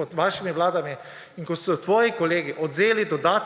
pod vašimi vladami in ko so tvoji kolegi odvzeli dodatke